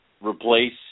replace